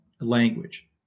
language